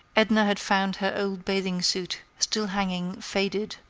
edna had found her old bathing suit still hanging, faded,